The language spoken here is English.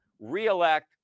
reelect